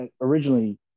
originally